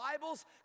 Bibles